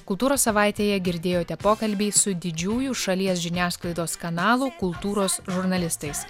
kultūros savaitėje girdėjote pokalbį su didžiųjų šalies žiniasklaidos kanalų kultūros žurnalistais